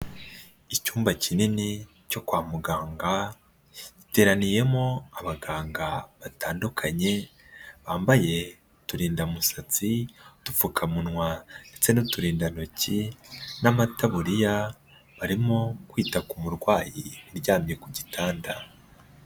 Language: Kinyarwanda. Icyumba kinini cyo kwa muganga, giteraniyemo abaganga batandukanye, bambaye uturindamusatsi, udupfukamunwa ndetse n'uturindantoki n'amataburiya, barimo kwita ku murwayi uryamye ku gitanda.